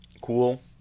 cool